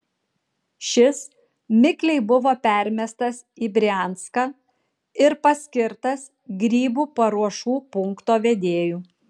šis mikliai buvo permestas į brianską ir paskirtas grybų paruošų punkto vedėju